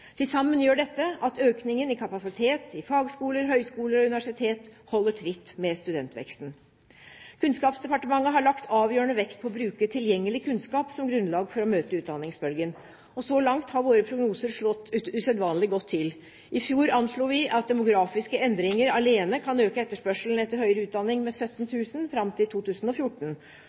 Til sammen gjør dette at økningen i kapasitet i fagskoler, høyskoler og universitet holder tritt med studentveksten. Kunnskapsdepartementet har lagt avgjørende vekt på å bruke tilgjengelig kunnskap som grunnlag for å møte utdanningsbølgen. Så langt har våre prognoser slått usedvanlig godt til. I fjor anslo vi at demografiske endringer alene kan øke etterspørselen etter høyere utdanning med 17 000 fram til 2014.